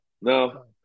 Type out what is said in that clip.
No